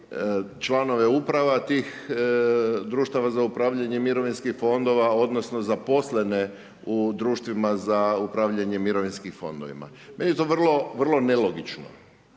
članove uprava tih društava za upravljanje mirovinskih fondova odnosno zaposlene u društvima za upravljanje mirovinskim fondovima. Meni to vrlo, vrlo nelogično.